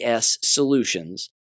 solutions